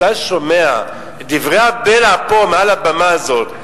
אתה שומע את דברי הבלע פה מעל הבמה הזאת,